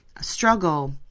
struggle